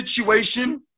situation